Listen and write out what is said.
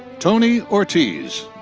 toni ortiz.